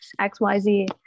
XYZ